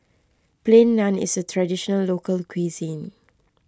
Plain Naan is a Traditional Local Cuisine